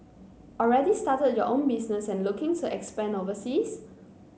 already started your own business and looking to expand overseas